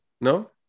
no